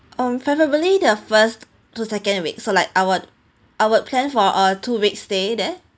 um preferably the first to second week so like our our plan for a two week stay there